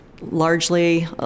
largely